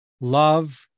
love